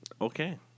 Okay